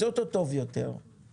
נעשה אותו טוב יותר ונתקדם.